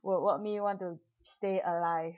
what what made you want to stay alive